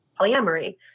polyamory